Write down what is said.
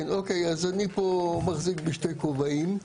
אוקיי, אני מחזיק פה בשני כובעים.